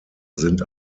sind